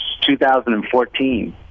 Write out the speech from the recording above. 2014